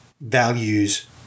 values